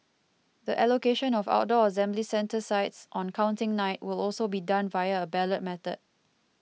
the allocation of outdoor assembly centre sites on Counting Night will also be done via a ballot method